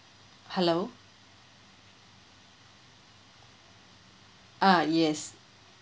hello uh yes